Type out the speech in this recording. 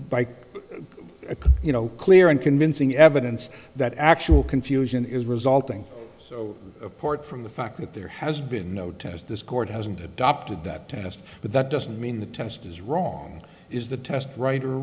bike you know clear and convincing evidence that actual confusion is resulting so apart from the fact that there has been no test this court hasn't adopted that test but that doesn't mean the test is wrong is the test right or